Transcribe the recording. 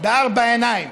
בארבע עיניים.